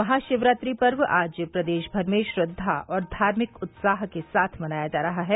महाशिवरात्रि पर्व आज प्रदेश भर में श्रद्धा और धार्मिक उत्साह के साथ मनाया जा रहा है